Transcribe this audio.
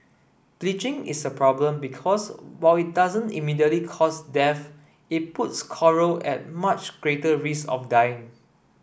bleaching is a problem because while it doesn't immediately cause death it puts coral at much greater risk of dying